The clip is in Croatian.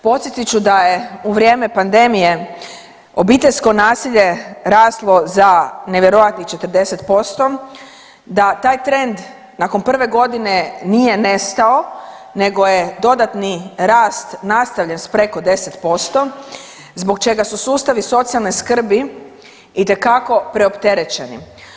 Podsjetit ću da je u vrijeme pandemije obiteljsko nasilje raslo za nevjerojatnih 40%, da taj trend nakon prve godine nije nestao nego je dodatni rast nastavljen s preko 10% zbog čega su sustavi socijalne skrbi itekako preopterećeni.